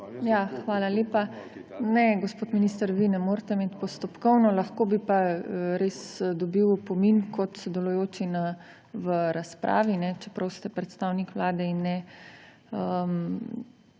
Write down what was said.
dvorane/ Ne, gospod minister, vi ne morete imeti postopkovno, lahko bi pa res dobili opomin kot sodelujoči v razpravi, čeprav ste predstavnik Vlade in ne poslanec.